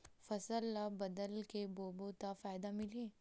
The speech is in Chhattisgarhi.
फसल ल बदल के बोबो त फ़ायदा मिलही?